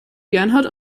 bernhard